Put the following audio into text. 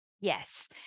Yes